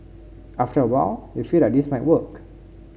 after a while you feel that this might work